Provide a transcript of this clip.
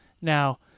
Now